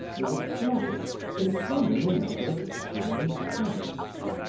was a closet containing a number of tiny casks,